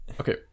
Okay